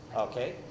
Okay